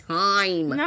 time